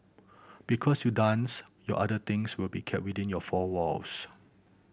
because your dance your other things will be kept within your four walls